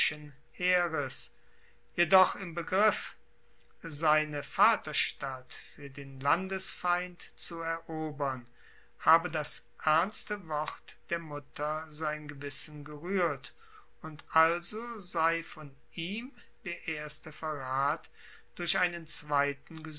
jedoch im begriff seine vaterstadt fuer den landesfeind zu erobern habe das ernste wort der mutter sein gewissen geruehrt und also sei von ihm der erste verrat durch einen zweiten